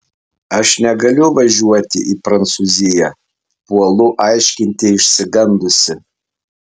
aš negaliu važiuoti į prancūziją puolu aiškinti išsigandusi